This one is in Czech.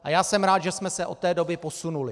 A já jsem rád, že jsme se od té doby posunuli.